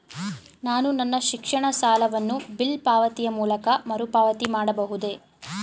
ನಾನು ನನ್ನ ಶಿಕ್ಷಣ ಸಾಲವನ್ನು ಬಿಲ್ ಪಾವತಿಯ ಮೂಲಕ ಮರುಪಾವತಿ ಮಾಡಬಹುದೇ?